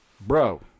bro